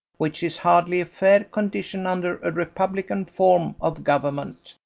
which is hardly a fair condition under a republican form of government.